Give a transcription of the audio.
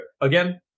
again